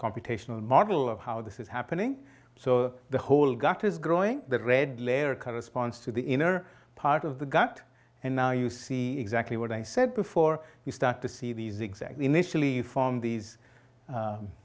computational model of how this is happening so the whole gut is growing the red layer corresponds to the inner part of the gut and now you see exactly what i said before you start to see these exactly initially form these